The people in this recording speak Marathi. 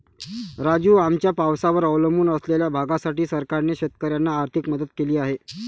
राजू, आमच्या पावसावर अवलंबून असलेल्या भागासाठी सरकारने शेतकऱ्यांना आर्थिक मदत केली आहे